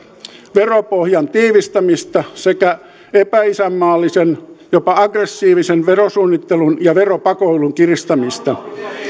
veropohjan tiivistämistä sekä epäisänmaallisen jopa aggressiivisen verosuunnittelun ja veropakoilun kiristämistä